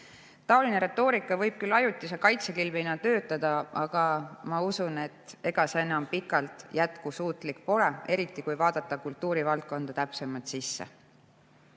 Selline retoorika võib küll ajutise kaitsekilbina töötada, aga ma usun, et ega see enam pikalt jätkusuutlik pole, eriti kui vaadata kultuurivaldkonda täpsemalt sisse.